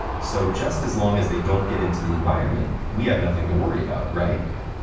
so, just as long as they don't get into the environment, we have nothing to worry about, right?